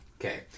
Okay